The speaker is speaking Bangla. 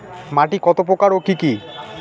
মাটি কত প্রকার ও কি কি?